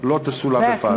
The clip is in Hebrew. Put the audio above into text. לא תסולא בפז.